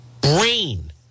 brain